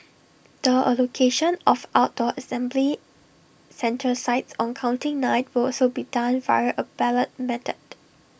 the allocation of outdoor assembly centre sites on counting night will also be done via A ballot method